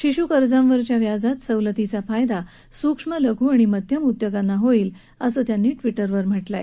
शिश् कर्जांवरच्या व्याजात सवलतीचा फायदा स्क्ष्मलघ् आणि मध्यम उद्योगांना होईल असं त्यांनी ट्वीटरवर म्हटलं आहे